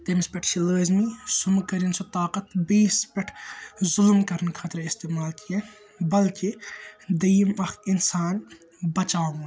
تٔمِس پیٚٹھ چھُ لٲزمی سُہ مٔہ کٔرٕنۍ سُہ طاقَتھ بیٚیِس پیٚٹھ ظُلُم کَرنہٕ خٲطرٕ اِستعمال کیٚنٛہہ بٔلکہِ دوٚیِم اَکھ اِنسان بَچاوُن